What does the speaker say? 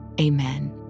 Amen